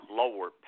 lower